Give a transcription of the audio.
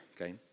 okay